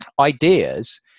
ideas